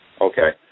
Okay